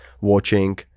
watching